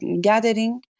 gathering